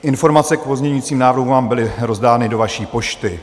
Informace k pozměňovacím návrhům vám byly rozdány do vaší pošty.